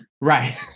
Right